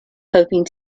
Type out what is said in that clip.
hoping